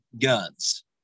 guns